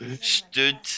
stood